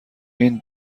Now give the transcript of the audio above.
این